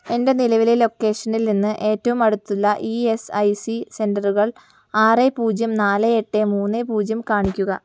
എന്റെ നിലവിലെ ലൊക്കേഷനിൽ നിന്ന് ഏറ്റവും അടുത്തുള്ള ഇ എസ് ഐ സി സെന്ററുകൾ ആറ് പൂജ്യം നാല് എട്ട് മൂന്ന് പൂജ്യം കാണിക്കുക